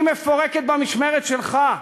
היא מפורקת במשמרת שלך.